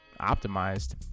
optimized